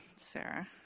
Sarah